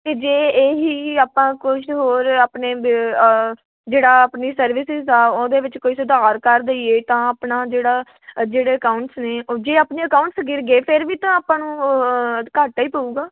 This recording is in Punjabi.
ਅਤੇ ਜੇ ਇਹ ਹੀ ਆਪਾਂ ਕੁਛ ਹੋਰ ਆਪਣੇ ਜਿਹੜਾ ਆਪਣੀ ਸਰਵਿਸਸ ਆ ਉਹਦੇ ਵਿੱਚ ਕੋਈ ਸੁਧਾਰ ਕਰ ਦਈਏ ਤਾਂ ਆਪਣਾ ਜਿਹੜਾ ਜਿਹੜੇ ਅਕਾਊਂਟਸ ਨੇ ਉਹ ਜੇ ਆਪਣੇ ਅਕਾਊਂਟਸ ਗਿਰ ਗਏ ਫਿਰ ਵੀ ਤਾਂ ਆਪਾਂ ਨੂੰ ਘਾਟਾ ਹੀ ਪਊਗਾ